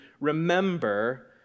remember